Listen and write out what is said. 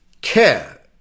care